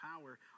power